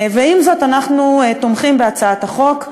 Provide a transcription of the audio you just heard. ועם זאת, אנחנו תומכים בהצעת החוק.